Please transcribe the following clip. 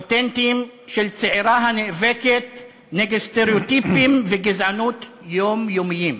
אותנטיים של צעירה הנאבקת נגד סטריאוטיפים וגזענות יומיומיים.